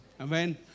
Amen